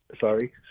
Sorry